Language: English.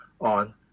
on